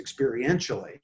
experientially